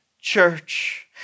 church